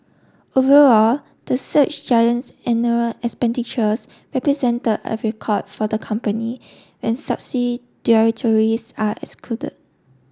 overall the search giant's expenditures represented a record for the company when are excluded